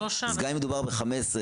גם אם מדובר ב-15,